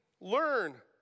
learn